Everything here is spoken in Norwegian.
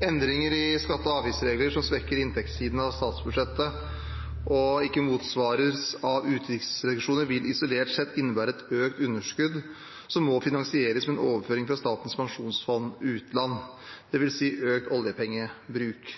Endringer i skatte- og avgiftsregler som svekker inntektssiden av statsbudsjettet og ikke motsvares av utgiftsreduksjoner, vil isolert sett innebære et økt underskudd som må finansieres med en overføring fra Statens pensjonsfond utland, det vil si økt oljepengebruk.